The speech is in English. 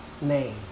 name